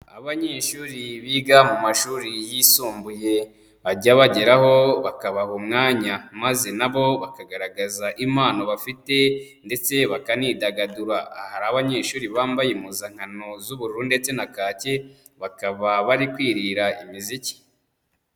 Abanyeshuri biga mu mashuri yisumbuye bajya bageraho bakabaha umwanya maze nabo bakagaragaza impano bafite ndetse bakanidagadura, aha hari abanyeshuri bambaye impuzankano z'ubururu ndetse na kaki bakaba bari kwirira imiziki.